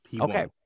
okay